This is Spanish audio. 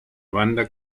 banda